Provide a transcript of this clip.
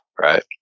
right